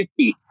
50